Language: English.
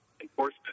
Enforcement